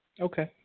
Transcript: Okay